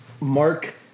Mark